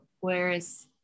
whereas